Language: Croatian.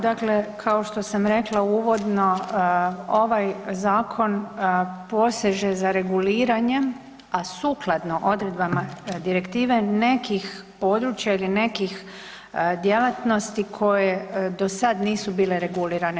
Dakle, kao što sam rekla uvodno, ovaj zakon poseže za reguliranjem a sukladno odredbama direktive nekih područja ili nekih djelatnosti koje dosad nisu bile regulirane.